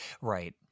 Right